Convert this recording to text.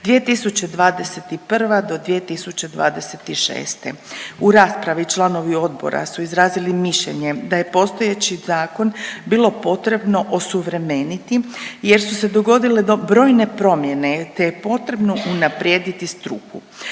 2021. do 2026.. U raspravi članovi odbora su izrazili mišljenje da je postojeći zakon bilo potrebno osuvremeniti jer su se dogodile brojne promjene, te je potrebno unaprijediti struku.